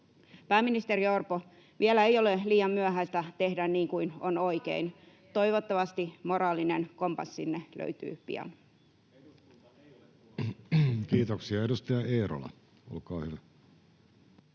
Pääministeri Orpo, vielä ei ole liian myöhäistä tehdä niin kuin on oikein. Toivottavasti moraalinen kompassinne löytyy pian. Kiitoksia. — Edustaja Eerola, olkaa hyvä.